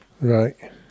Right